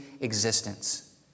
existence